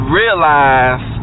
realize